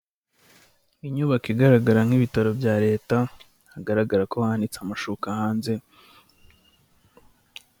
Inyubako igaragara nk'ibitaro bya leta hagaragara ko hanitse amashuka hanze.